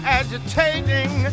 agitating